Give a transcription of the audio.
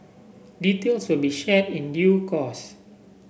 details will be shared in due course